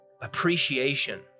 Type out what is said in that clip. appreciation